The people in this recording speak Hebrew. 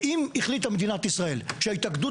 ואם החליטה מדינת ישראל שההתאגדות